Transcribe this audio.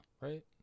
right